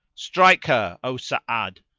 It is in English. strike her, o sa'ad,